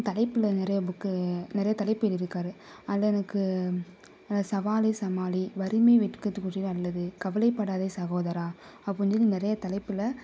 தலைப்பில் நிறையா புக்கு நிறைய தலைப்பு எழுதிருக்காரு அதில் எனக்கு சவாலே சமாளி வறுமை வெட்கத்துக்குரியது அல்லது கவலைப்படாதே சகோதரா அப்புடின்னு சொல்லி நிறைய தலைப்பில்